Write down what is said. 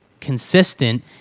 consistent